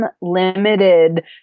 limited